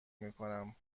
میکنم